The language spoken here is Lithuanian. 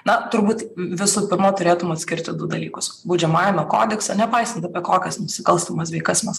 na turbūt visų pirma turėtum atskirti du dalykus baudžiamajame kodekse nepaisant apie kokias nusikalstamas veikas mes